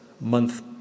month